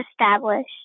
established